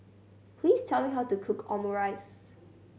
please tell me how to cook Omurice